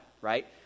right